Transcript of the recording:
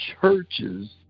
churches